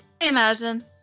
imagine